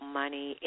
money